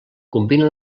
combina